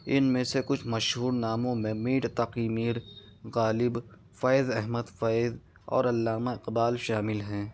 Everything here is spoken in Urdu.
ان میں سے کچھ مشہور ناموں میں میر تقی میر غالب فیض احمد فیض اور علامہ اقبال شامل ہیں